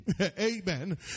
amen